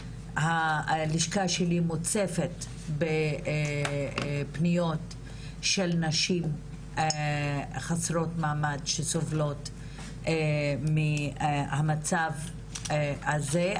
הלשכה שלי מוצפת בפניות של נשים חסרות מעמד שסובלות מהמצב הזה,